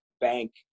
bank